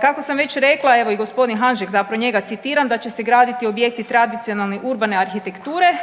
Kako sam već rekla evo i gospodin Hanžek zapravo njega citiram da će se graditi objekti tradicionalne, urbane arhitekture.